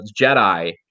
Jedi